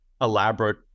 elaborate